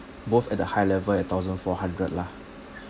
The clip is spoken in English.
both at a high level at thousand four hundred lah